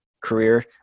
career